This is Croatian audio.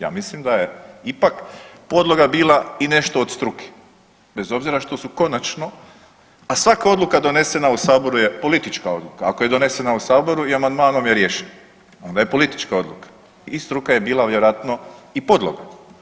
Ja mislim da je ipak podloga bila i nešto od struke bez obzira što su konačno, a svaka odluka donesena u saboru je politička odluka, ako je donesena u saboru i amandmanom je riješena onda je politička odluka i struka je bila vjerojatno i podloga.